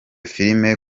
filime